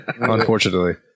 unfortunately